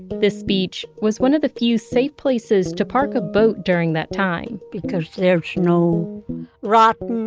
this beach was one of the few safe places to park a boat during that time because, there's no rotten